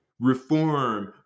Reform